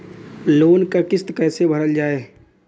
Loan क किस्त कैसे भरल जाए?